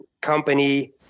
company